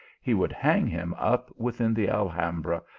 he would hang him up within the al hambra,